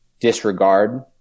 disregard